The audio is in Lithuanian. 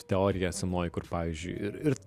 teorija senoji kur pavyzdžiui ir ir